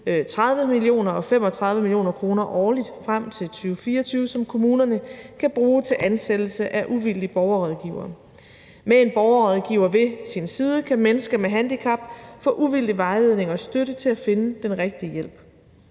30 mio. kr. og 35 mio. kr. årligt frem til 2024, som kommunerne kan bruge til ansættelse af uvildige borgerrådgivere. Med en borgerrådgiver ved sin side kan mennesker med handicap få uvildig vejledning og støtte til at finde den rigtige hjælp.